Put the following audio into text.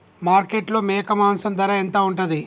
మార్కెట్లో మేక మాంసం ధర ఎంత ఉంటది?